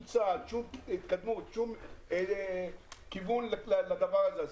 צעד ושום התקדמות לקראת את הדבר הזה.